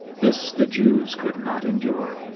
this the jews could not endure.